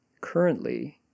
currently